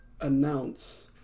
announce